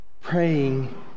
praying